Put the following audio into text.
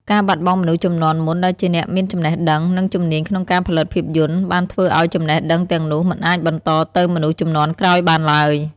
ការបាត់បង់ មនុស្សជំនាន់មុន ដែលជាអ្នកមានចំណេះដឹង និងជំនាញក្នុងការផលិតភាពយន្ត បានធ្វើឲ្យចំណេះដឹងទាំងនោះមិនអាចបន្តទៅមនុស្សជំនាន់ក្រោយបានឡើយ។